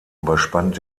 überspannt